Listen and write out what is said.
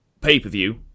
pay-per-view